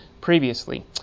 previously